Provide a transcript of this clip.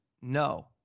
no